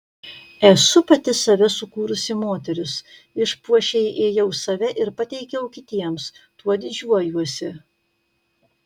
esu pati save sukūrusi moteris išpuošei ėjau save ir pateikiau kitiems tuo didžiuojuosi